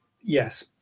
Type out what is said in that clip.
yes